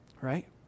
right